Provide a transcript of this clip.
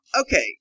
okay